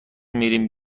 میریم